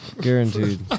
Guaranteed